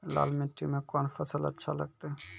लाल मिट्टी मे कोंन फसल अच्छा लगते?